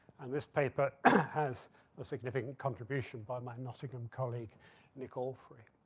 and this paper has a significant contribution by my nottingham colleague nicole free.